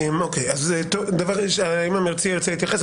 אם המציע ירצה, הוא יתייחס.